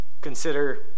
Consider